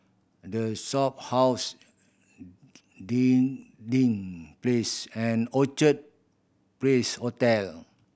The Shophouse Dinding Place and Orchard Place Hotel